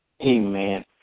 Amen